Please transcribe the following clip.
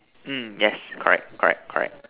mm yes correct correct correct